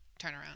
turnaround